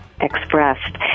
expressed